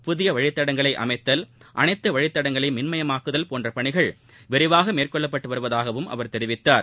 புதிய வழித்தடங்களை அமைத்தல் அனைத்து வழித்தடங்களையும் மின்மயமாக்குதல் போன்ற பணிகள் விரைவாக மேற்கொள்ளப்பட்டு வருவதாகவும் அவர் தெரிவித்தார்